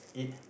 eat